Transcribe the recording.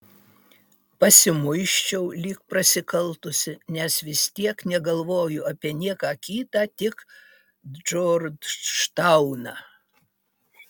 pasimuisčiau lyg prasikaltusi nes vis tiek negalvojau apie nieką kitą tik džordžtauną